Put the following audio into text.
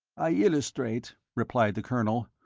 i illustrate, replied the colonel,